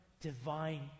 divine